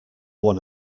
one